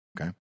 Okay